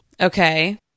Okay